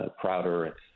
prouder